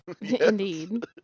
Indeed